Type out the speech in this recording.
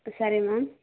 ಸರಿ ಮ್ಯಾಮ್